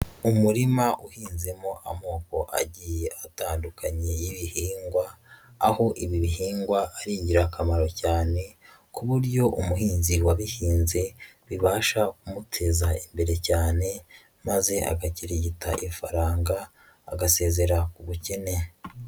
Umurima uhinzemo amoko agiye atandukanye y'ibihingwa, aho ibi bihingwa ari ingirakamaro cyane ku buryo umuhinzi wabihinze bibasha kumuteza imbere cyane maze agakirigita ifaranga, agasezera ku bukene.